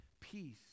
peace